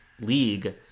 league